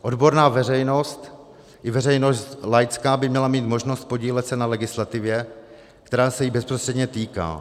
Odborná veřejnost i veřejnost laická by měla mít možnost podílet se na legislativě, která se jí bezprostředně týká.